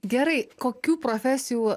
gerai kokių profesijų